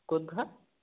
ক'ত ঘৰ